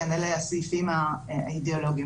אלה הסעיפים האידיאולוגיים.